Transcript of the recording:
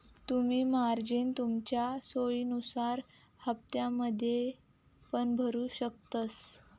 तुम्ही मार्जिन तुमच्या सोयीनुसार हप्त्त्यांमध्ये पण भरु शकतास